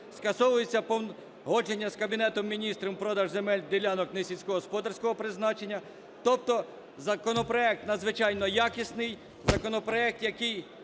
Скасовується погодження з Кабінетом Міністрів про продаж земельних ділянок несільськогосподарського призначення. Тобто законопроект надзвичайно якісний, законопроект, який